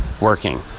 working